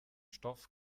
stoff